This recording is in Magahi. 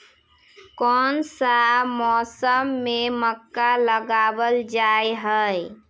कोन सा मौसम में मक्का लगावल जाय है?